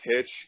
pitch